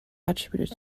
attributed